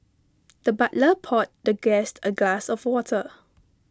the butler poured the guest a glass of water